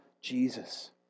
Jesus